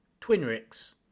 Twinrix